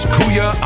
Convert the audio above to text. Kuya